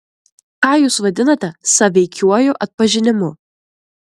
ką jūs vadinate sąveikiuoju atpažinimu